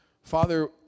Father